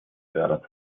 fördert